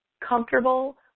comfortable